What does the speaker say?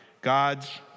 God's